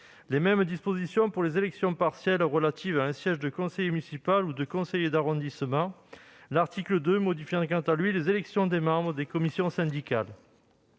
les mêmes dispositions pour les élections partielles relatives à un siège de conseiller municipal ou de conseiller d'arrondissement, l'article 2 modifiant quant à lui les élections des membres des commissions syndicales.